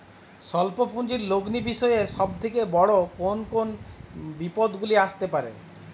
স্বল্প পুঁজির লগ্নি বিষয়ে সব থেকে বড় কোন কোন বিপদগুলি আসতে পারে?